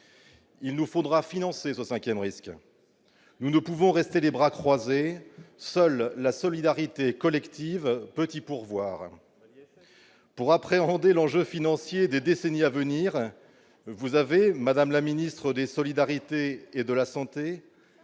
Il faudra financer ce cinquième risque. Nous ne pouvons pas rester les bras croisés ! Seule la solidarité collective peut y pourvoir. Pour appréhender l'enjeu financier des décennies à venir, vous avez évoqué, madame la ministre, l'instauration